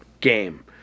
game